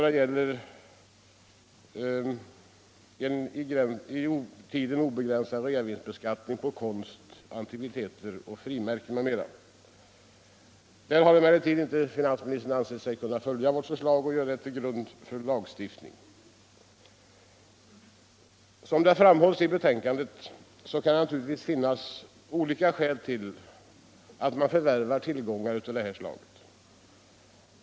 Det gäller den i tiden obegränsade reavinstbeskattningen av konst, antikviteter, frimärken m.m. Där har emellertid finansministern inte ansett sig kunna följa vårt förslag och lägga det till grund för en lagstiftning. Som framhålls i betänkandet kan det naturligtvis finnas olika skäl till att man förvärvar tillgångar av detta slag.